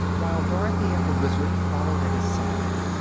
while dorothy and the wizard followed at his side.